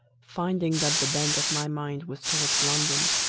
finding that the bent of my mind was towards london,